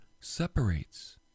separates